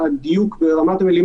לנזק רב ומיותר.